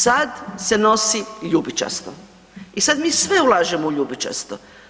Sad se nosi ljubičasto i sad mi sve ulažemo u ljubičasto.